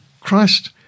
Christ